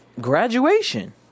Graduation